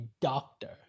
doctor